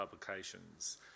publications